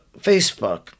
facebook